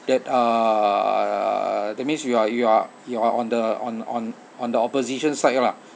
that uh that means you are you are you are on the on on on the opposition side lah